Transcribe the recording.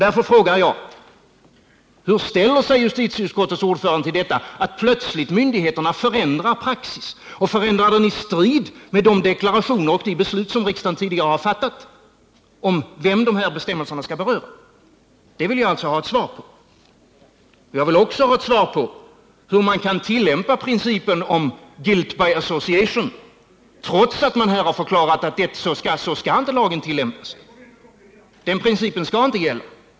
Därför frågar jag: Hur ställer sig justitieutskottets ordförande till att myndigheterna plötsligt förändrar praxis i strid med de deklarationer som avgivits och de beslut som riksdagen tidigare har fattat om vilka dessa bestämmelser skall beröra? Det vill jag ha ett svar på. Jag vill också ha ett svar på hur man kan tillämpa principen om guilt by association trots att man har förklarat att lagen inte skall tillämpas så. Den principen skall inte gälla.